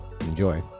Enjoy